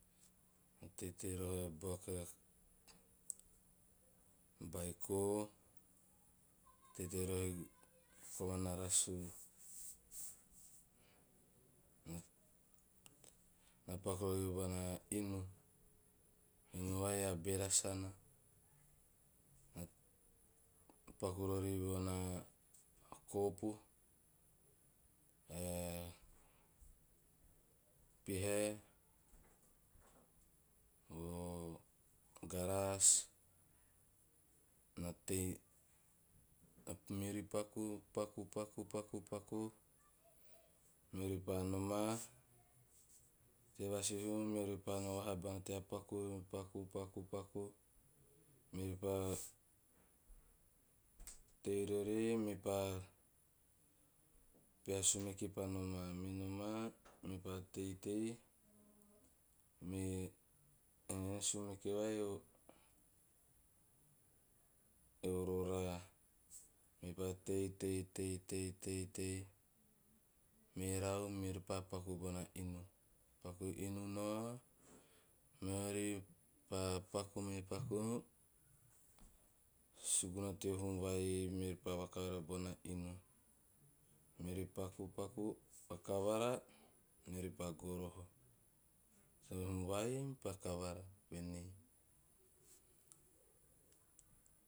Na teitei roho a buaka baiko, teitei roho komana rasuu. Na- na paku roho bona inu, inu vai a bera sana. Na paku riori bona koopu ae pihae o garaas na tei meori paku paku paku paku paku, meori paa nomaa tei vasihuum meori pa nao vahabana tea paku, paku paku paku, meori paa tei rori ei mepaa peha sumeke pa nomaa. Me nomaa me paa teitei me henanae sumeke vai o- orora mepaa teitei teitei teitei, merau meori pa paku bona inu. Paku inu nao, meori pa paku me paku, suguna teo huum vai neori pa vakavara bona inu, meori pakupaku vakavara, meori pa goroho, a inu va ei me pa kavara venei.